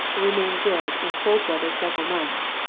will remain good in cold weather several months,